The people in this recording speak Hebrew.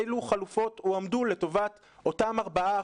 אילו חלופות הועמדו לטובת אותם 4%,